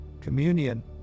communion